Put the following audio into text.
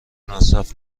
مصرف